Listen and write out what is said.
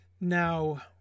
Now